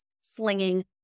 slinging